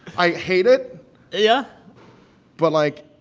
i hate it yeah but, like,